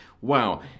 Wow